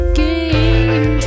game